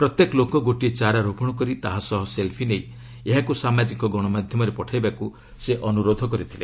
ପ୍ରତ୍ୟେକ ଲୋକ ଗୋଟିଏ ଚାରା ରୋପଣ କରି ତାହା ସହ ସେଲ୍ଫି ନେଇ ଏହାକୁ ସାମାଜିକ ଗଣମାଧ୍ୟମରେ ପଠାଇବାକୁ ସେ ଅନୁରୋଧ କରିଛନ୍ତି